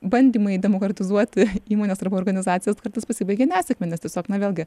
bandymai demokratizuoti įmones arba organizacijas kartais pasibaigia nesėkme nes tiesiog na vėlgi